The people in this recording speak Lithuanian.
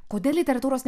kodėl literatūros